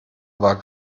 war